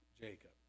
Jacob